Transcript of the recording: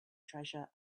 treasure